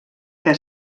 que